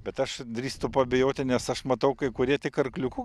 bet aš drįstu abejoti nes aš matau kai kurie tik arkliuku